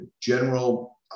general